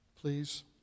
please